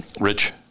Rich